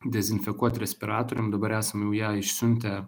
dezinfekuot respiratoriam dabar esam jau ją išsiuntę